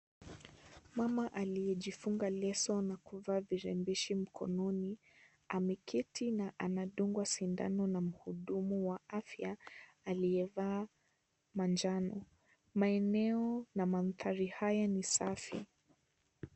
Mama aliyejifunga leso na kuvaa virembeshi mkononi, ameketi na anadungwa sindano na mhudumu wa afya, aliyevaa manjano. Maeneo na mandhari haya ni safi.